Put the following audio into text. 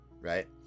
right